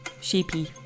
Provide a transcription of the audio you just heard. Sheepy